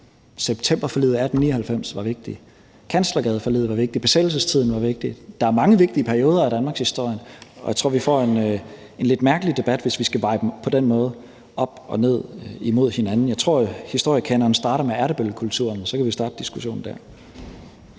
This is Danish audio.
septemberforliget i 1899 var vigtigt, Kanslergadeforliget var vigtigt, og besættelsestiden var vigtig. Der er mange vigtige perioder af danmarkshistorien, og jeg tror, at vi får en lidt mærkelig debat, hvis vi på den måde skal veje dem op imod hinanden. Jeg tror, at historiekanonen starter med Ertebøllekulturen. Så kan vi starte diskussionen dér.